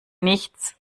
nichts